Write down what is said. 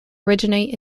originate